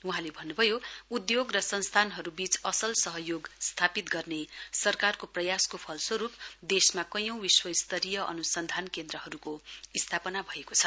वहाँले भन्न्भयो उद्योग र संस्थानहरूबीच असल सहयोग स्थापित गर्ने सरकारको प्रयासको फलस्वरूप देशमा कैयौं विश्वस्तरीय अन्सन्धान केन्द्रहरूको स्थापना भएको छ